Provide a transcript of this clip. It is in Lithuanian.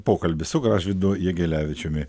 pokalbis su gražvydu jegelevičiumi